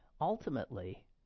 ultimately